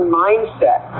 mindset